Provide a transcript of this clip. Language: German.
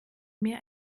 mir